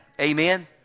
Amen